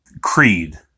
Creed